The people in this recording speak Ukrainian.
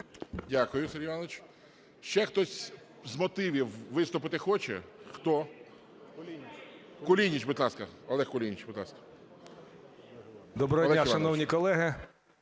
Дякую, Сергій Іванович. Ще хтось з мотивів виступити хоче? Хто? Кулініч, будь ласка. Олег Кулініч, будь ласка, Олег Іванович.